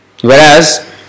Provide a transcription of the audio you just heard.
Whereas